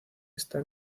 está